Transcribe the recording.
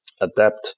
adapt